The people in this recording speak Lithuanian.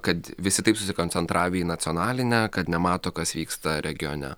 kad visi taip susikoncentravę į nacionalinę kad nemato kas vyksta regione